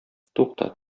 тукта